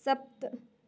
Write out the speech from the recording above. सप्त